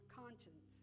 conscience